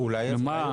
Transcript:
איזה עיצום כספי.